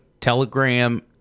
Telegram